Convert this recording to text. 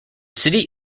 city